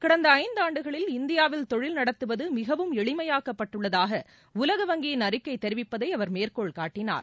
கடந்த ஐந்தாண்டுகளில் இந்தியாவில் தொழில் நடத்துவது மிகவும் எளிமையாக்கப்பட்டுள்ளதாக உலக வங்கியின் அறிக்கை தெரிவிப்பதை அவர் மேற்கோள்காட்டினார்